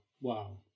Wow